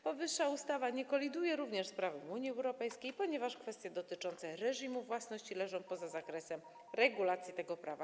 Powyższa ustawa nie koliduje również z prawem Unii Europejskiej, ponieważ kwestie dotyczące reżimu własności leżą poza zakresem regulacji tego prawa.